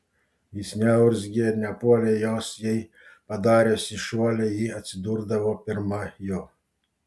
jis neurzgė ir nepuolė jos jei padariusi šuolį ji atsidurdavo pirma jo